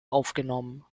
aufgenommen